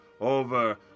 over